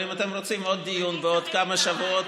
אבל אם אתם רוצים עוד דיון בעוד כמה שבועות,